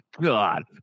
God